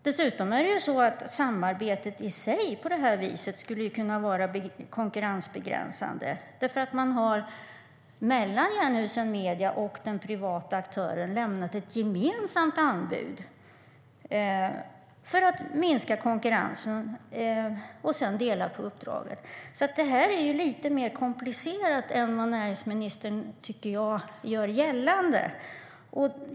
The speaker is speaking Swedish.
Dessutom skulle samarbetet i sig kunna vara konkurrensbegränsande på det här viset, eftersom Jernhusen Media och den privata aktören har lämnat ett gemensamt anbud för att minska konkurrensen och sedan dela på uppdraget. Det är alltså lite mer komplicerat än vad jag tycker att näringsministern gör gällande.